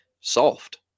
soft